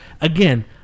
Again